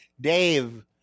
Dave